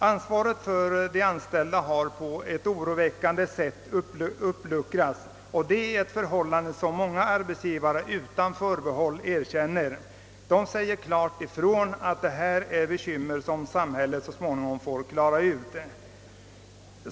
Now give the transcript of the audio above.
Ansvaret för de anställda har på ett oroväckande sätt luckrats upp, vilket många arbetsgivare utan förbehåll erkänner. De säger klart ifrån att detta är bekymmer som samhället så småningom får klara ut.